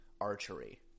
archery